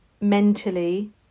mentally